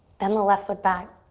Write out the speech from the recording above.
then the left foot back,